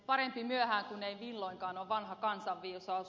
parempi myöhään kuin ei milloinkaan on vanha kansanviisaus